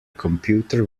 computer